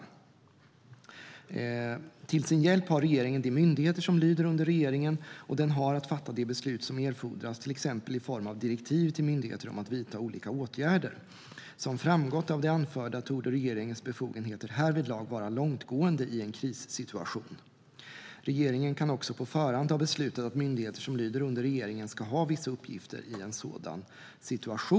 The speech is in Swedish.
Vidare anför utskottet: "Till sin hjälp har regeringen de myndigheter som lyder under regeringen, och den har att fatta de beslut som erfordras, t.ex. i form av direktiv till myndigheter om att vidta olika åtgärder. Som framgått av det anförda torde regeringens befogenheter härvidlag vara långtgående i en krissituation. Regeringen kan också på förhand ha beslutat att myndigheter som lyder under regeringen ska ha vissa uppgifter i en sådan situation."